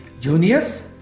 juniors